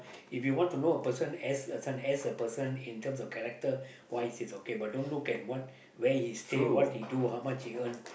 if you want to know a person as a this one as a person in terms of character wise it is okay but then don't look at what where he stay what he do how much he earn